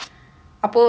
mm